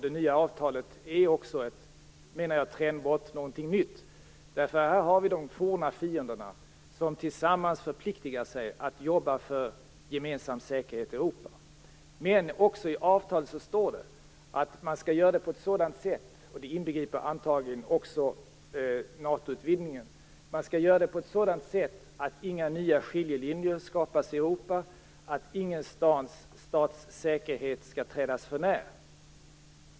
Det nya avtalet är också, menar jag, trendbart någonting nytt. De forna fienderna förpliktigar sig att tillsammans jobba för gemensam säkerhet i Europa. Men i avtalet står det också att man skall göra det på ett sådant sätt - det inbegriper antagligen också NATO-utvidgningen - att inga nya skiljelinjer skapas i Europa, att ingen stats säkerhet skall trädas förnär.